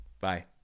Bye